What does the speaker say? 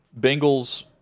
Bengals